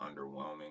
underwhelming